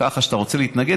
ואתה רוצה להתנגד,